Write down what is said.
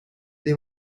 they